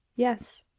yes.